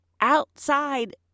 outside